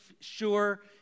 sure